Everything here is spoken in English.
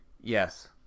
yes